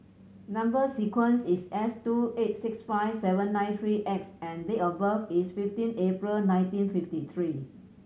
number sequence is S two eight six five seven nine three X and date of birth is fifteen April nineteen fifty three